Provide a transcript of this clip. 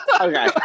Okay